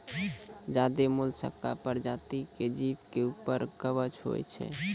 ज्यादे मोलसका परजाती के जीव के ऊपर में कवच होय छै